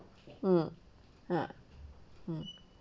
mm ah mm